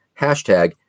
Hashtag